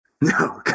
No